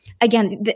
Again